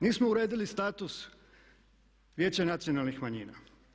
Nismo uredili status Vijeća nacionalnih manjina.